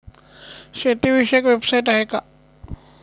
शेतीविषयक वेबसाइट आहे का?